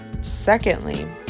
Secondly